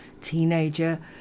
teenager